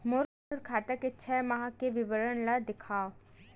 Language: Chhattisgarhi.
मोर खाता के छः माह के विवरण ल दिखाव?